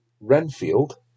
Renfield